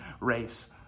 race